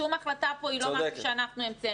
שום החלטה פה היא לא משהו שאנחנו המצאנו.